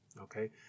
okay